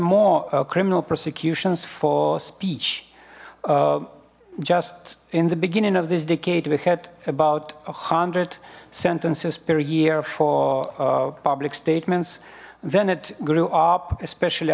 more criminal prosecutions for speech just in the beginning of this decade we had about a hundred sentences per year for public statements then it grew up especially